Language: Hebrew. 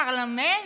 פרלמנט?